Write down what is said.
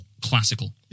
classical